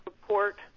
support